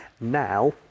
Now